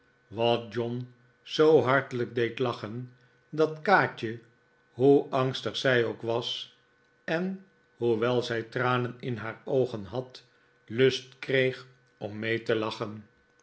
wat john zoo hartelijk deed lachen dat kaatje hoe angstig zij ook was en hoewel zij tranen in haar oogen had lust kreeg om mee te lachen